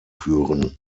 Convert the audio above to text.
führen